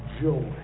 joy